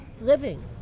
living